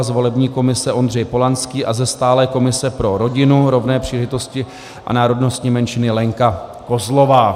Z volební komise Ondřej Polanský a ze stálé komise pro rodinu, rovné příležitosti a národnostní menšiny Lenka Kozlová.